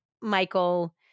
Michael